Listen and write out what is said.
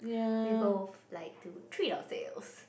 we both like to treat ourselves